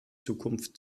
zukunft